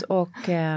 och